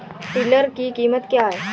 Tiller की कीमत क्या है?